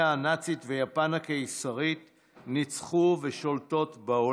יושב-ראש הנהלת יד ושם והרב הראשי לשעבר הרב ישראל מאיר